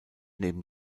neben